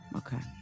okay